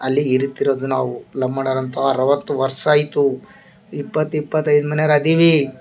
ಅಲ್ಲಿ ಇರ್ಕಿರೋದು ನಾವು ಲಂಬಾಣಿ ಅವ್ರು ಅಂತ ಅರವತ್ತು ವರ್ಷ ಆಯಿತು ಇಪ್ಪತ್ತು ಇಪ್ಪತೈದು ಮನೆವ್ರು ಅದೀವಿ